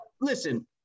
listen